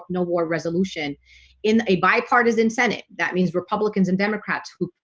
no war resolution in a bipartisan senate that means republicans and democrats who?